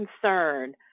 concern